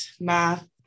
math